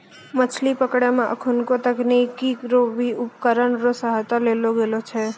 मछली पकड़ै मे एखुनको तकनीकी रो भी उपकरण रो सहायता लेलो गेलो छै